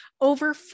over